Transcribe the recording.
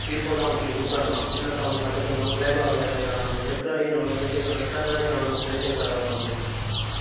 फिर कम्म शुरु करनां जिसलै कम्म खत्म होंदा उसला जैकारा जिसलै घरे गी जाना उसलै जैकारा लाईयै